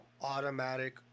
automatic